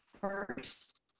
first